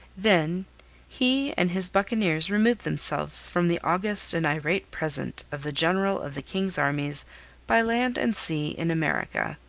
then he and his buccaneers removed themselves from the august and irate presence of the general of the king's armies by land and sea in america.